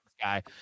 guy